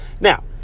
Now